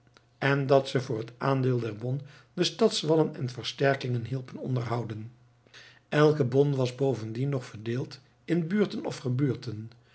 en dat ze voor het aandeel der bon de stadswallen en versterkingen hielpen onderhouden elke bon was bovendien nog verdeeld in buurten of gebuurten